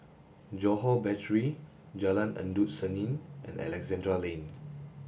Johore Battery Jalan Endut Senin and Alexandra Lane